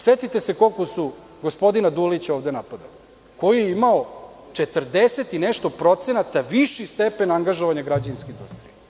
Setite se koliko su gospodina Dulića ovde napadali, koji je imao 40 i nešto procenata viši stepen angažovanja građevinske industrije.